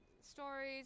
stories